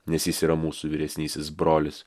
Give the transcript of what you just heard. nes jis yra mūsų vyresnysis brolis